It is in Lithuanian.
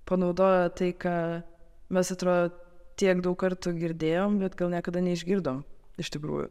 panaudojo tai ką mes atrodo tiek daug kartų girdėjom bet gal niekada neišgirdom iš tikrųjų